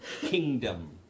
kingdom